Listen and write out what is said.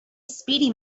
speedy